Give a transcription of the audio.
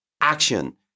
action